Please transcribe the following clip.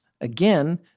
Again